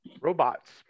Robots